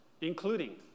including